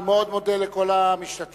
אני מאוד מודה לכל המשתתפים,